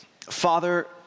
Father